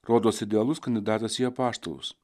rodos idealus kandidatas į apaštalus